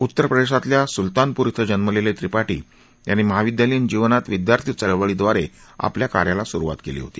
उत्तर प्रदेशातल्या सुल्तानपूर क्षें जन्मलेले त्रिपाठी यांनी महाविद्यालयीन जीवनात विद्यार्थी चळवळीड्रारे आपल्या कार्याला सुरुवात केली होती